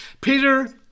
Peter